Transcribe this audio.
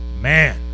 Man